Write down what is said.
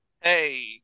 Hey